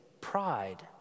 pride